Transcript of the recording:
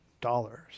dollars